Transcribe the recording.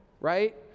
right